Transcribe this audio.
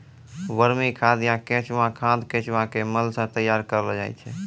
वर्मी खाद या केंचुआ खाद केंचुआ के मल सॅ तैयार करलो जाय छै